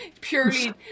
purely